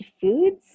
foods